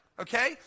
okay